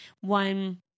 one